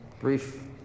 brief